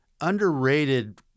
underrated